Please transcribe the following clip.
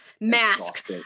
mask